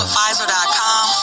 Pfizer.com